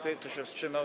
Kto się wstrzymał?